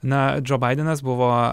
na džo baidenas buvo